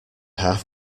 half